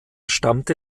stammte